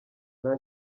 nta